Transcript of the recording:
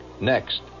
next